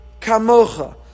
Kamocha